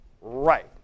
right